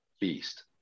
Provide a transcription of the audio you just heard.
beast